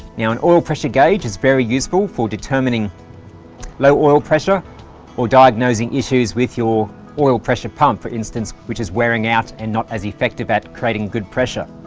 now an oil pressure gauge is very useful for determining low oil pressure or diagnosing issues with your oil pressure pump for instance which is wearing out and not as effective at creating good pressure